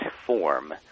form